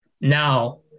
now